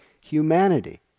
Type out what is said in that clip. humanity